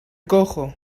cojo